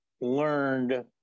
learned